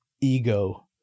ego